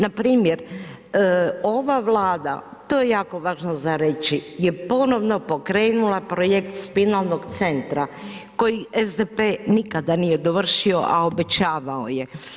Npr. ova Vlada, to je jako važno za reći, je ponovno pokrenula projekt spinalnog centra koji SDP nikada nije dovršio, a obećavao je.